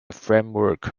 framework